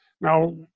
Now